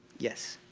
yes.